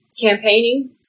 campaigning